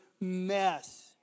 mess